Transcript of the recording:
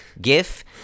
gif